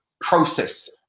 process